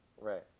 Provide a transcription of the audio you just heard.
Right